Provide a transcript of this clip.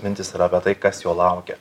mintys yra apie tai kas jo laukia